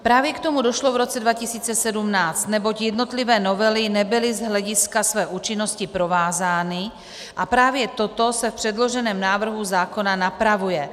Právě k tomu došlo v roce 2017, neboť jednotlivé novely nebyly z hlediska své účinnosti provázány, a právě toto se v předloženém návrhu zákona napravuje.